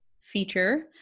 feature